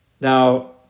Now